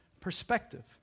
perspective